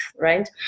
right